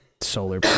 solar